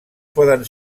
poden